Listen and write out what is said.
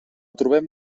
trobem